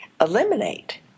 eliminate